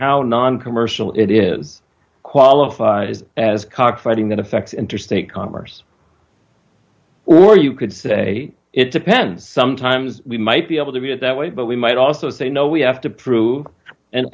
how noncommercial it is qualifies as cockfighting that affects interstate commerce or you could say it depends sometimes we might be able to view it that way but we might also say no we have to prove an